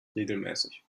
regelmäßig